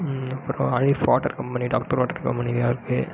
அப்புறம் water company doctor water கம்பெனிங்கள் இருக்குது